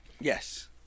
Yes